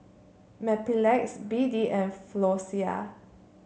Mepilex B D and Floxia